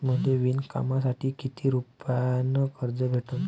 मले विणकामासाठी किती रुपयानं कर्ज भेटन?